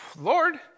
Lord